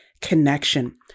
connection